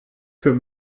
für